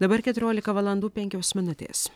dabar keturiolika valandų penkios minutės